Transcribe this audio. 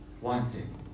wanting